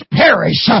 perish